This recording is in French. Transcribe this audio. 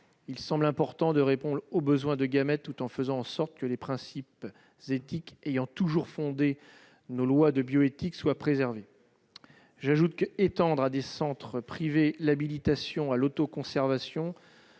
Il semble important de répondre aux besoins dans le domaine du don de gamètes, mais il faut faire en sorte que les principes éthiques ayant toujours fondé nos lois de bioéthique soient préservés. J'ajoute qu'étendre à des centres privés l'habilitation à l'autoconservation